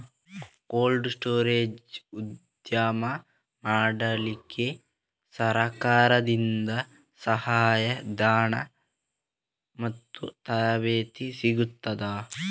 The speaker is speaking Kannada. ಕೋಲ್ಡ್ ಸ್ಟೋರೇಜ್ ಉದ್ಯಮ ಮಾಡಲಿಕ್ಕೆ ಸರಕಾರದಿಂದ ಸಹಾಯ ಧನ ಮತ್ತು ತರಬೇತಿ ಸಿಗುತ್ತದಾ?